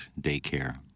daycare